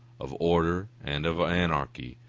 of order and of anarchy,